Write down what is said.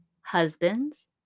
Husbands